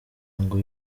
ngo